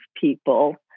people